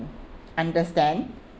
understand